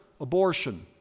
abortion